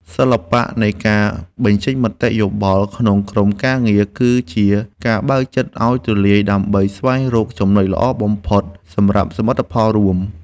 សិល្បៈនៃការបញ្ចេញមតិយោបល់ក្នុងក្រុមការងារ គឺ ជាការបើកចិត្តឱ្យទូលាយដើម្បីស្វែងរកចំណុចល្អបំផុតសម្រាប់សមិទ្ធផលរួម។